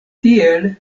tiel